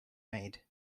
made